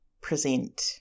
present